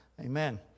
Amen